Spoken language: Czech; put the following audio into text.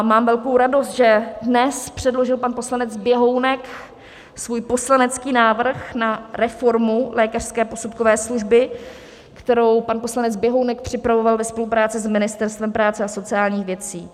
Mám velkou radost, že dnes předložil pan poslanec Běhounek svůj poslanecký návrh na reformu lékařské posudkové služby, který pan poslanec Běhounek připravoval ve spolupráci s Ministerstvem práce a sociálních věcí.